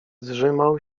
zżymał